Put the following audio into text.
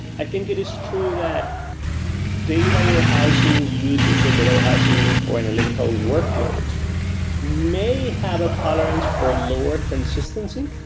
i think it is true that data warehousing users or data warehousing or analytical workloads may have a tolerance for lower consistency.